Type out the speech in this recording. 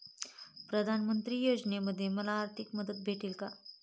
प्रधानमंत्री योजनेमध्ये मला आर्थिक मदत भेटेल का?